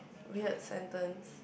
weird sentence